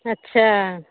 अच्छा